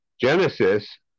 Genesis